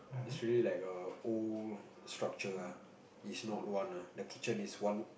it's really like a old structure ah it's not one ah the kitchen is one